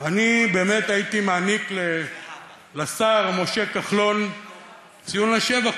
אני באמת הייתי מעניק לשר משה כחלון ציון לשבח.